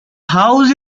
house